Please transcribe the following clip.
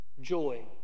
joy